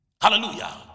hallelujah